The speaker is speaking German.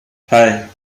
hei